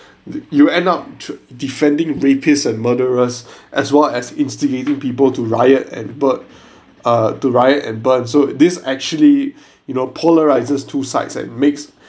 uh you end up tr~ defending rapists and murderers as well as instigating people to riot and uh to riot and burn so this actually you know polarizes two sides and mix